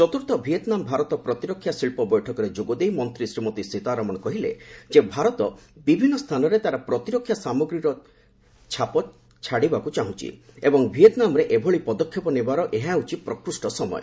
ଚତୁର୍ଥ ଭିଏତନାମ ଭାରତ ପ୍ରତିରକ୍ଷା ଶିଳ୍ପ ବୈଠକରେ ଯୋଗଦେଇ ମନ୍ତ୍ରୀ ଶ୍ରୀମତୀ ସୀତାରମଣ କହିଥିଲେ ଯେ ଭାରତ ବିଭିନ୍ନ ସ୍ଥାନରେ ତାର ପ୍ରତିରକ୍ଷା ସାମଗ୍ରୀର ଚାପ ଛାଡ଼ିବାକୁ ଚାହୁଁଛି ଏବଂ ଭିଏତନାମରେ ଏଭଳି ପଦକ୍ଷେପ ନେବାର ଏହା ହେଉଛି ପ୍ରକୃଷ୍ଟ ସମୟ